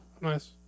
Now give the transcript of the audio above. Nice